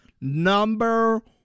number